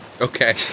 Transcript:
okay